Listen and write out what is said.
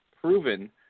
proven –